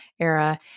era